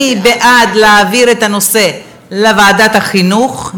מי בעד להעביר את הנושא לוועדת החינוך?